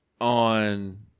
on